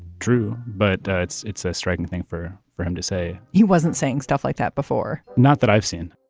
true. but it's it's a striking thing for for him to say he wasn't saying stuff like that before not that i've seen,